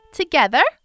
together